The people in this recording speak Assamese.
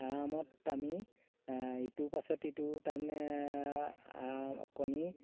আৰামত আমি ইটোৰ পাছত ইটো তাৰমানে কণী